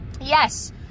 Yes